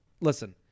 Listen